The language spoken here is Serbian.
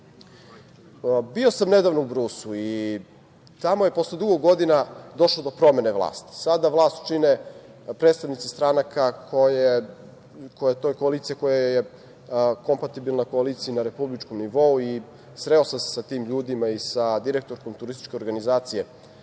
sam nedavno u Brusu i tamo je posle dugo godina došlo do promene vlasti. Sada vlast čine predstavnici stranaka, to je koalicija koja je kompatibilna koaliciji na republičkom nivou. sreo sam se sa tim ljudima i sa direktorkom Turističke organizacije